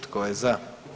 Tko je za?